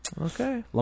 Okay